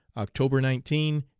october nineteen,